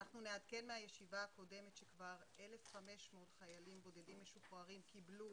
ואנחנו נעדכן מהישיבה הקודמת שכבר 1,500 חיילים בודדים משוחררים קיבלו